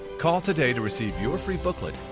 call today to receive your free booklet,